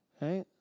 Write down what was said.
Right